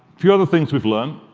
few other things we've learned.